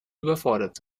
überfordert